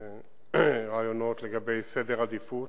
רעיונות לגבי סדר עדיפויות.